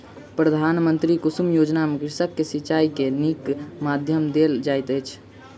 प्रधानमंत्री कुसुम योजना में कृषक के सिचाई के नीक माध्यम देल जाइत अछि